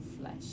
flesh